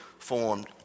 Formed